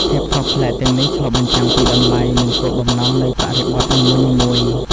ភាពខុសប្លែកទាំងនេះឆ្លុះបញ្ចាំងពីតម្លៃនិងគោលបំណងនៃបរិបទនីមួយៗ។